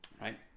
Right